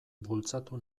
bultzatu